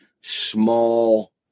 small